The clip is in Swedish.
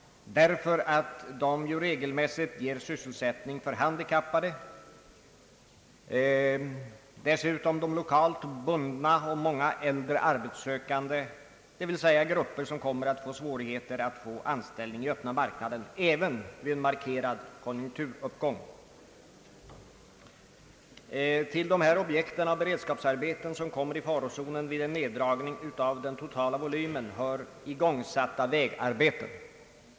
Dessa arbeten ger nämligen regelmässig sysselsättning åt handikappade, de lokalt bundna och många äldre arbetssökande, dvs. grupper som kommer att få svårigheter att få anställning i den öppna marknaden även vid en markerad konjunkturuppgång. Till dessa beredskapsarbeten som kommer i farozonen vid en neddragning av den totala volymen hör igångsatta vägarbeten.